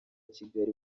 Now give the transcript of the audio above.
kigali